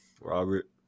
Robert